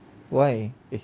why